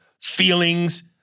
feelings